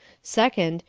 second,